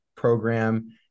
Program